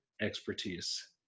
expertise